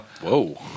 Whoa